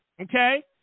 okay